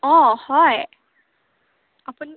অঁ হয় আপুনি